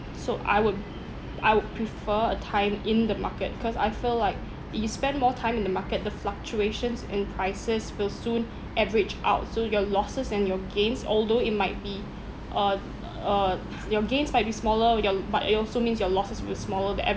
so I would I would prefer a time in the market cause I feel like you spend more time in the market the fluctuations and prices will soon average out so your losses and your gains although it might be uh uh your gains might be smaller your but it also means your losses will be smaller then